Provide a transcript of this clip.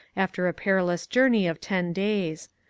after a perilous journey of ten days.